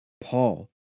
Paul